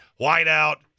whiteout